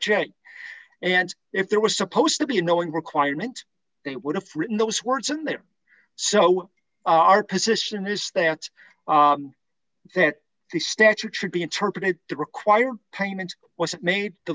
j and if there was supposed to be a knowing requirement they would have written those words in there so our position is that's that the statute should be interpreted to require payment wasn't made the